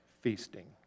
feasting